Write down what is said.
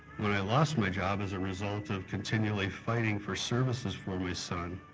when i lost my job as a result of continually fighting for services for my son,